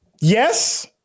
Yes